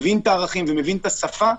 מבין את הערכים ומבין את השפה,